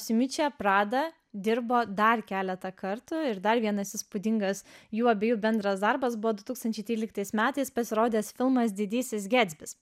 su mičia prada dirbo dar keletą kartų ir dar vienas įspūdingas jų abiejų bendras darbas buvo du tūkstančiai tryliktais metais pasirodęs filmas didysis getsbis